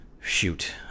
shoot